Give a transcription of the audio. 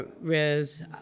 Riz